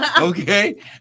Okay